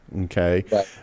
Okay